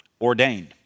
ordained